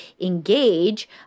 engage